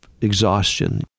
exhaustion